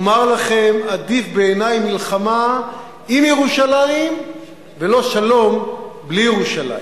אומר לכם: עדיף בעיני מלחמה עם ירושלים ולא שלום בלי ירושלים.